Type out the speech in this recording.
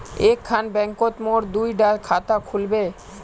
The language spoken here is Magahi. एक खान बैंकोत मोर दुई डा खाता खुल बे?